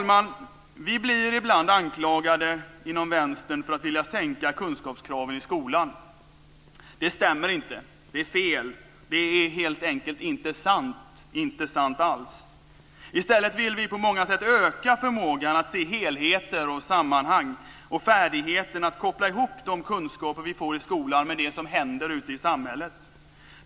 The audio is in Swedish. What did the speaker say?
Vi i Vänstern blir ibland anklagade för att vilja sänka kunskapskraven i skolan. Det stämmer inte. Det är fel. Det är helt enkelt inte sant, inte sant alls. I stället vill vi på många sätt öka förmågan att se helheter och sammanhang och färdigheten att koppla ihop de kunskaper vi får i skolan med det som händer ute i samhället.